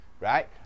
right